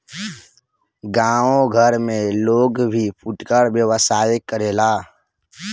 गांव घर में लोग भी फुटकर व्यवसाय करेला